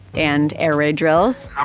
and air raid drills ah